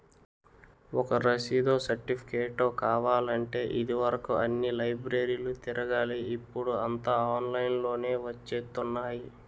ఒక రసీదో, సెర్టిఫికేటో కావాలంటే ఇది వరుకు అన్ని లైబ్రరీలు తిరగాలి ఇప్పుడూ అంతా ఆన్లైన్ లోనే వచ్చేత్తున్నాయి